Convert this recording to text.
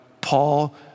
Paul